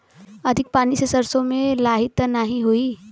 अधिक पानी से सरसो मे लाही त नाही होई?